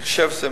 אני חושב שזה